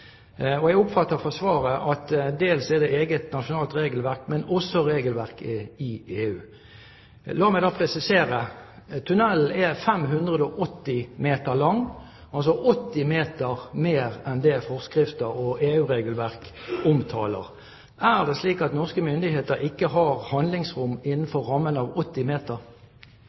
Jeg oppfatter av svaret at dette dels går på eget nasjonalt regelverk, men også på regelverket i EU. La meg da presisere: Tunnelen er 580 meter lang, altså 80 meter lengre enn det forskrifter og EU-regelverk omtaler. Er det slik at norske myndigheter ikke har handlingsrom innenfor rammen av 80 meter?